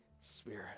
Spirit